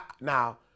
Now